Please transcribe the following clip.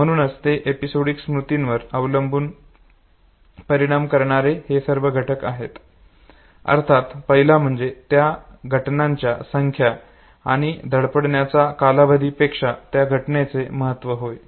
म्हणूनच ते एपिसोडिक स्मृतीवर परिणाम करणारे हे सर्व घटक आहेत अर्थात पहिला म्हणजे त्या घटनांच्या संख्या आणि घडण्याच्या कालावधी पेक्षा त्या घटनेचे महत्व होय